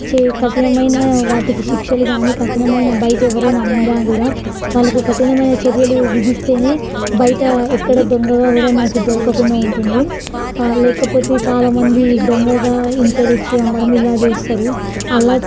ఇచ్చే కఠినమైన వాటికి శిక్షలు కానీ కఠినమైన బయట ఎవరన్నా అమ్మిన కూడా వాళ్ళకు కఠినమైన చర్యలు విధిస్తే బయట ఎక్కడ దొంగగా కూడా మనకు దొరకకుండా ఉంటుంది లేకపోతే చాలామంది దొంగగా ఇంట్లో తెచ్చి అమ్మడం ఇలా చేస్తారు అలా